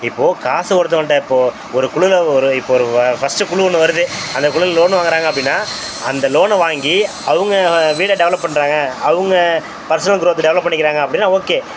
இப்போ காசு ஒருத்தவன்கிட்ட இப்போ ஒரு குழுவுல ஒரு இப்போ ஒரு வ ஃபர்ஸ்ட்டு குழு ஒன்று வருது அந்த குழுவுல லோன் வாங்கறாங்க அப்படின்னா அந்த லோனை வாங்கி அவங்க வீடை டெவலப் பண்ணுறாங்க அவங்க பர்ஸ்னல் க்ரோத்தை டெவலப் பண்ணிக்கிறாங்க அப்படின்னா ஓகே